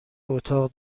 اتاق